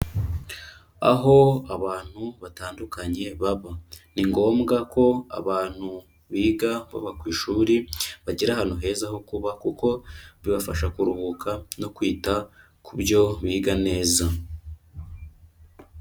Aho abantu batandukanye baba, ni ngombwa ko abantu biga baba ku ishuri bagira ahantu heza ho kuba, kuko bibafasha kuruhuka no kwita ku byo biga neza.